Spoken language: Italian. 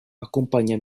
accompagna